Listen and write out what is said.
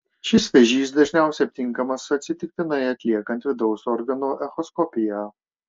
šis vėžys dažniausiai aptinkamas atsitiktinai atliekant vidaus organų echoskopiją